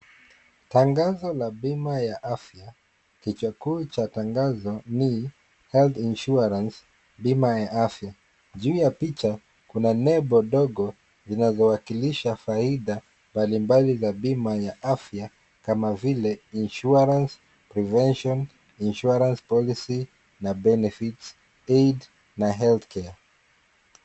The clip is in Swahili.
Tangazo la bima ya afya kichwa kuu cha tangazo ni Health Insurance Bima ya Afya juu ya picha kuna nembo dogo zinazowakilisha faida mbalimbali za bima ya afya kama vile insurance, prevention, insurance policy na benefits, aid na healthcare .